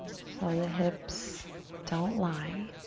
so the hips don't lie.